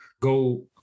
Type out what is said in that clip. go